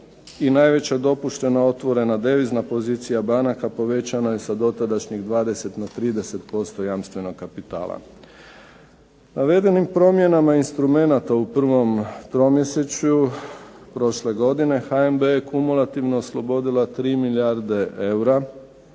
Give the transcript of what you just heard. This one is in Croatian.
i najveća dopuštena otvorena devizna pozicija banaka povećana je sa dotadašnjih 20 na 30% jamstvenog kapitala. Navedenim promjenama instrumenata u prvom tromjesečju prošle godine HNB je kumulativno oslobodila 3 milijarde eura,